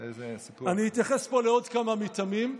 אני אתייחס פה לעוד כמה מתאמים.